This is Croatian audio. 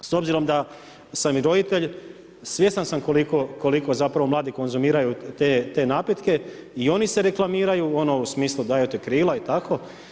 S obzirom da sam i roditelj, svjestan sam koliko zapravo mladi konzumiraju te napitke, i oni se reklamiraju, ono u smislu daju ti krila i tako.